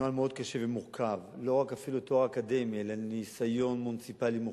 נוהל מאוד קשה ומורכב: לא רק תואר אקדמי אלא ניסיון מוניציפלי מוכח.